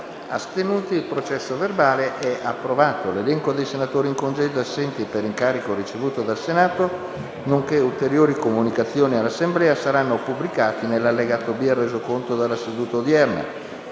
link apre una nuova finestra"). L'elenco dei senatori in congedo e assenti per incarico ricevuto dal Senato, nonché ulteriori comunicazioni all'Assemblea saranno pubblicati nell'allegato B al Resoconto della seduta odierna.